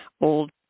old